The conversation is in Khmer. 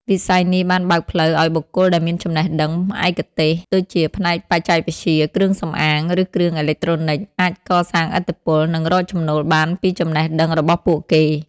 វិស័យនេះបានបើកផ្លូវឱ្យបុគ្គលដែលមានចំណេះដឹងឯកទេស ដូចជាផ្នែកបច្ចេកវិទ្យា គ្រឿងសម្អាង ឬគ្រឿងអេឡិចត្រូនិច អាចកសាងឥទ្ធិពល និងរកចំណូលបានពីចំណេះដឹងរបស់ពួកគេ។